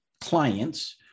clients